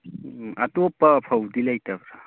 ꯎꯝ ꯑꯇꯣꯄꯄ ꯐꯧꯗꯤ ꯂꯩꯇꯕ꯭ꯔꯥ